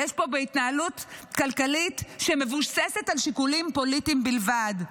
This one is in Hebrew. ויש פה התנהלות כלכלית שמבוססת על שיקולים פוליטיים בלבד.